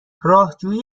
راهجویی